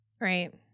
Right